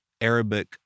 Arabic